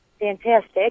fantastic